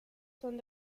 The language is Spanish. son